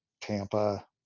Tampa